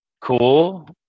cool